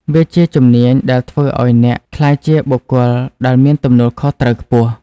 វាជាជំនាញដែលធ្វើឱ្យអ្នកក្លាយជាបុគ្គលដែលមានទំនួលខុសត្រូវខ្ពស់។